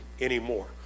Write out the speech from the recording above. anymore